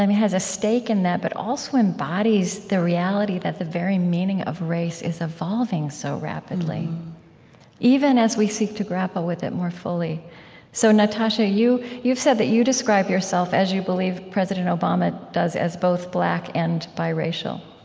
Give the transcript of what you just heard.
um has a stake in that, but also embodies the reality that the very meaning of race is evolving so rapidly even as we seek to grapple with it more fully so natasha, you've said that you describe yourself, as you believe president obama does, as both black and biracial.